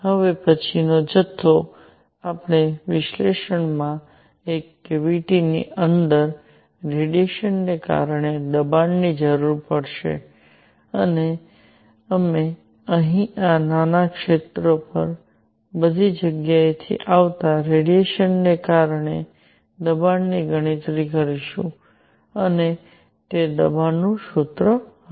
હવે પછીનો જથ્થો આપણે વિશ્લેષણમાં એક કેવીટીની અંદર રેડિયેશનને કારણે દબાણ ની જરૂર પડશે અને અમે અહીં આ નાના ક્ષેત્ર પર બધી જગ્યાએથી આવતા રેડિયેશનને કારણે દબાણની ગણતરી કરીશું અને તે દબાણ સૂત્ર હશે